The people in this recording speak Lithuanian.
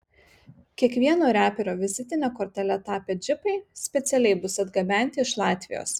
kiekvieno reperio vizitine kortele tapę džipai specialiai bus atgabenti iš latvijos